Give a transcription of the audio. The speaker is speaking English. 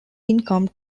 income